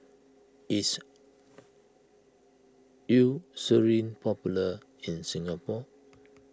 is Eucerin popular in Singapore